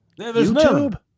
YouTube